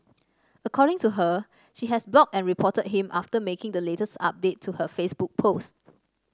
according to her she has blocked and reported him after making the latest update to her Facebook post